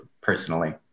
personally